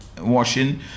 washing